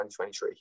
2023